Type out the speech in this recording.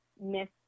miss